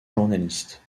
journaliste